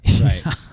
Right